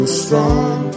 strong